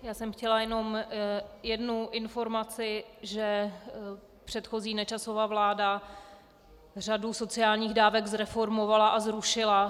Já jsem chtěla jenom jednu informaci, že předchozí Nečasova vláda řadu sociálních dávek zreformovala a zrušila.